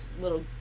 little